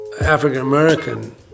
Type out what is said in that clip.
African-American